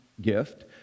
gift